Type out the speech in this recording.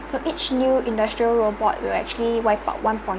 so each new industrial robot will actually wipe out one point